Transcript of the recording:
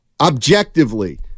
objectively